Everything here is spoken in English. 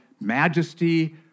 majesty